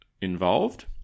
involved